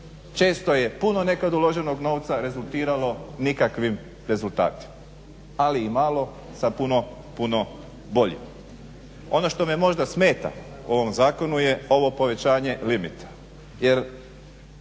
Često je nekad puno uloženog novca rezultiralo nikakvim rezultatima ali i malo sa puno, puno boljih. Ono što me možda smeta u ovom zakonu je ovo povećanje limita